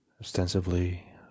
ostensibly